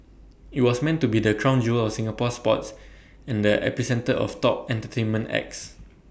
IT was meant to be the crown jewel of Singapore sports and the epicentre of top entertainment acts